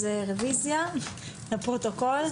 אז רביזיה לפרוטוקול.